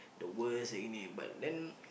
the worst at it but then